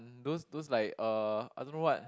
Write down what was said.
mm those those like uh I don't know what